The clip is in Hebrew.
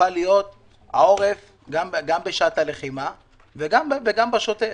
הפכה להיות העורף גם בשעת הלחימה וגם בשוטף.